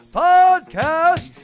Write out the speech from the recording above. podcast